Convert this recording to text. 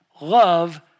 love